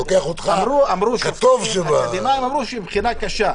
אני לוקח אותך כטוב --- האקדמאים אמרו שהבחינה קשה.